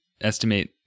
estimate